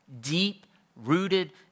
deep-rooted